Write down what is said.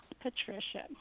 Patricia